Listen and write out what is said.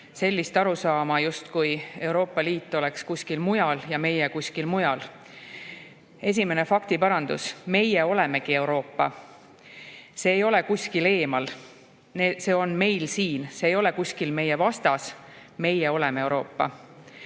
sellist arusaama, justkui Euroopa Liit oleks kuskil mujal ja meie kuskil mujal. Esimene faktiparandus: meie olemegi Euroopa. See ei ole kuskil eemal. See on meil siin, see ei ole kuskil meie vastas. Meie oleme Euroopa.